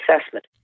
assessment